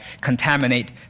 contaminate